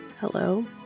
Hello